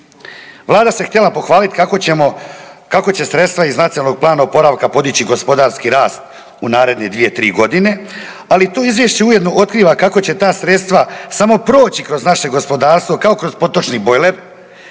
Vlada se htjela pohvaliti kako će sredstva iz Nacionalnog plana oporavka podići gospodarski rast u naredne 2, 3 godine ali to izvješće ujedno otkriva kako će ta sredstva samo proći kroz naše gospodarstvo kao kroz protočni bojler.